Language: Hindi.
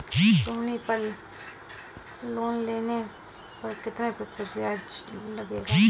सोनी पल लोन लेने पर कितने प्रतिशत ब्याज लगेगा?